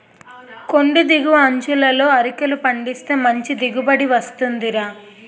కొండి దిగువ అంచులలో అరికలు పండిస్తే మంచి దిగుబడి వస్తుందిరా